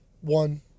one